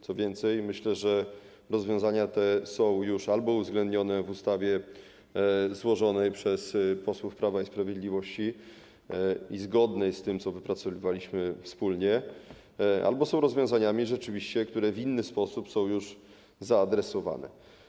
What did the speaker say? Co więcej, myślę, że rozwiązania te albo są już uwzględnione w ustawie złożonej przez posłów Prawa i Sprawiedliwości i zgodnej z tym, co wypracowywaliśmy wspólnie, albo są rozwiązaniami, które w inny sposób są już zaadresowane.